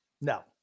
no